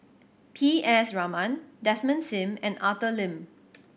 P S Raman Desmond Sim and Arthur Lim